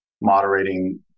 moderating